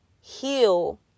heal